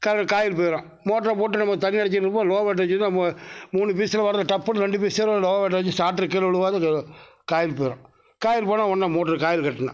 கா காயில் போயிடும் மோட்ரை போட்டு நம்ம தண்ணி இறச்சிகிட்டு இருப்போம் லோ ஓல்டேஜ் நம்ம மூணு பீஸில் வர டப்புன்னு ரெண்டு பீஸில் லோ ஓல்டேஜ் சாட்டாரு கீழே விழுவாது காயில் போயிடும் காயில் போனால் ஒன்னே மோட்டருக்கு காயில் கட்டணும்